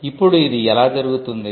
ఇప్పుడు ఇది ఎలా జరుగుతుంది